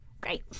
Great